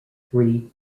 three